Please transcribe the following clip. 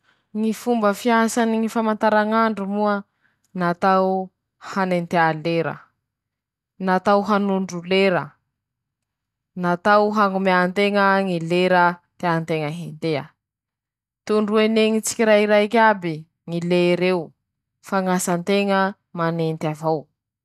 Fitrohany ñy aspiratera ñy loto: -Ñy fampiasany ñy hery tindrin-tsioky; -Manahaky anizay ñy fanintoñany ñy loto, -Eo avao koa ñy fañivañany ñy loto noho ñy fañaliovany ñy tsioky; -Manahaky anizay ñy fañampoliany ñy tsioky malio.